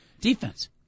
defense